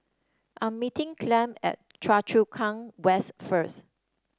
I'm meeting Clem at Choa Chu Kang West first